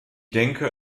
denke